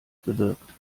bewirkt